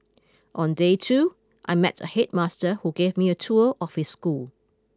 on day two I met a headmaster who gave me a tour of his school